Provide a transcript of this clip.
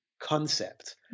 concept